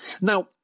Now